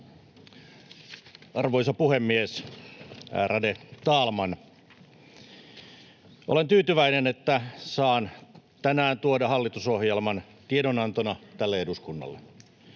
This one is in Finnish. Arvoisa puhemies, ärade talman! Olen tyytyväinen, että saan tänään tuoda hallitusohjelman tiedonantona tälle eduskunnalle.